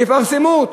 יפרסמו,